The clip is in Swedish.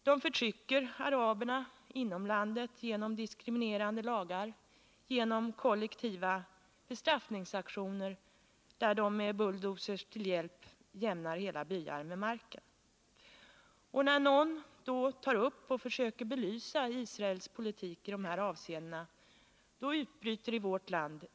De förtrycker araberna inom landet genom diskriminerande lagar och genom kollektiva bestraffningsaktioner vid vilka de med bulldozers hjälp jämnar hela byar med marken. När någon då försöker belysa Israels politik utbryter det ramaskrin i vårt land.